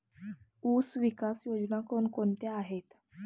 ऊसविकास योजना कोण कोणत्या आहेत?